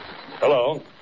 Hello